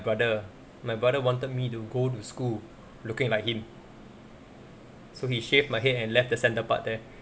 brother my brother wanted me to go to school looking like him so he shaved my head and left the center part there